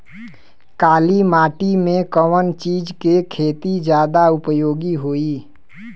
काली माटी में कवन चीज़ के खेती ज्यादा उपयोगी होयी?